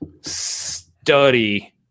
study